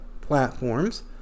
platforms